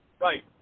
Right